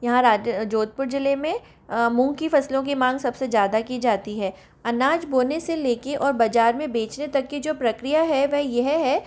यहाँ जोधपुर जिले में मूंग की फसलों की मांग सबसे ज़्यादा की जाती है अनाज बोने से लेके और बजार में बेचने तक की जो प्रक्रिया है वह ये है